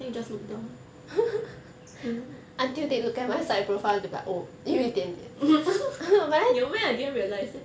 then you just look down mm 有 meh I didn't realise eh